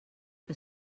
que